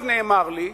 נאמר לי,